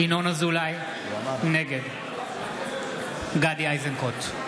נגד גדי איזנקוט,